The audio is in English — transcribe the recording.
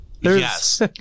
Yes